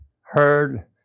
heard